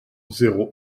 zéro